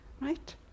right